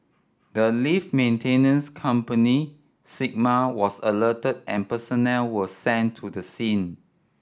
the lift maintenance company Sigma was alerted and personnel were sent to the scene